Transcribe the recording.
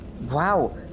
wow